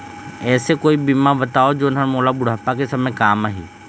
ऐसे कोई बीमा बताव जोन हर मोला बुढ़ापा के समय काम आही?